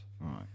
Right